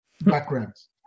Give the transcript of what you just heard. backgrounds